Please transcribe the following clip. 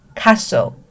castle 。